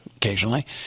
Occasionally